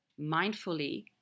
Mindfully